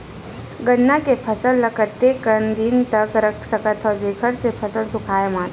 गन्ना के फसल ल कतेक दिन तक रख सकथव जेखर से फसल सूखाय मत?